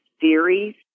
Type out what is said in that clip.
theories